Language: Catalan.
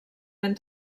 ben